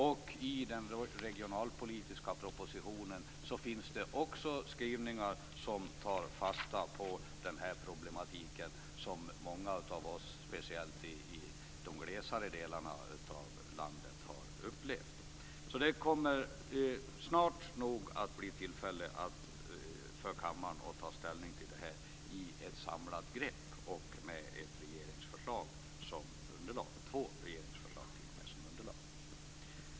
Också i den regionalpolitiska propositionen finns det skrivningar som tar fasta på den problematik som många av oss, speciellt i de glesare befolkade delarna av landet, har upplevt. Kammaren kommer alltså snart nog att få tillfälle att i ett samlat grepp ta ställning till detta med två regeringsförslag som underlag.